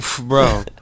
Bro